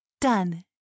done